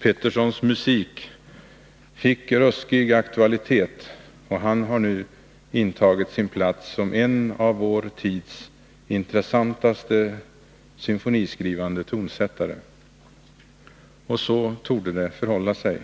Petterssons musik fick ruskig aktualitet och han har nu intagit sin plats som en av vår tids intressantaste symfoniskrivande tonsättare...” Och så torde det förhålla sig.